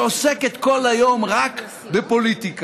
שעוסקת כל היום רק בפוליטיקה,